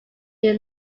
new